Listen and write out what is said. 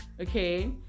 okay